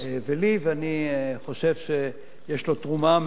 ואני חושב שיש לו תרומה מאוד חשובה,